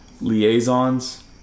liaisons